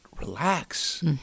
relax